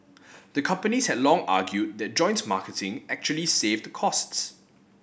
the companies had long argued that joint marketing actually saved costs